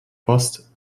post